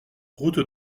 route